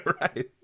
Right